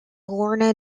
lorna